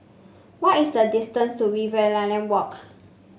what is the distance to Riverina Walk